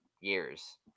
years